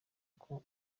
uko